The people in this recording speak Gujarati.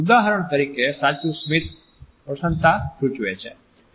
ઉદાહરણ તરીકે સાચું સ્મિત પ્રશન્નતા સૂચવે છે